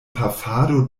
pafado